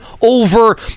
over